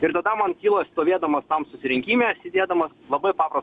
ir tada man kyla stovėdamas tam susirinkime sėdėdamas labai papras